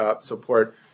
support